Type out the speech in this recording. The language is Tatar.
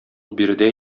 биредә